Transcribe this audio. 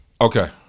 Okay